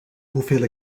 hoeveel